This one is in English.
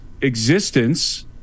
existence